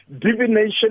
divination